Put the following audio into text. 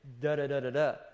da-da-da-da-da